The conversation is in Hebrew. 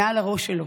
מעל הראש שלו,